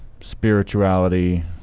spirituality